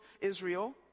Israel